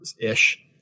ish